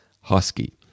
Husky